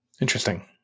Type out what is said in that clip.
Interesting